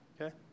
okay